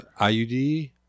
IUD